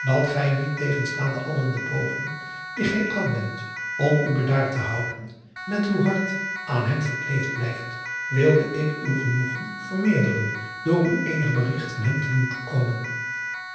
dat gij niettegenstaande alle de pogingen die gij aanwendt om u bedaard te houden met uw hart aan hem verkleefd blijft wilde ik uw genoegen vermeerderen door u eenig berigt van hem te doen toekomen